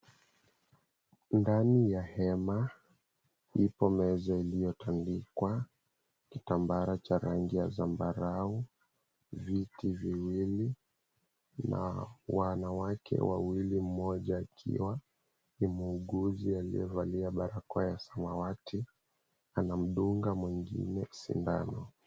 Ndani ya hema, ipo meza iliyotandikwa kitambara cha rangi ya zambarau, viti viwili na wanawake wawili, mmoja akiwa ni muuguzi aliyevalia barakoa ya samawati, anamdunga mwengine sindano.